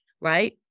right